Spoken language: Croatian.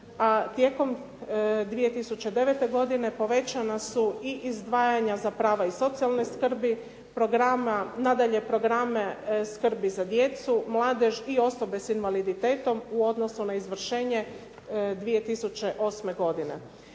tijekom 2009. godine povećana su i izdvajanja za prava i socijalne skrbi, nadalje programe skrbi za djecu, mladež i osobe sa invaliditetom u odnosu na izvršenje 2008. godine.